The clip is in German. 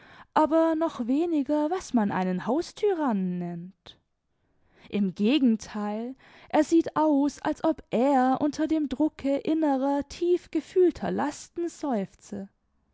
aber noch weniger was man einen haustyrannen nennt im gegentheil er sieht aus als ob er unter dem drucke innerer tiefgefühlter lasten seufze